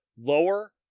Lower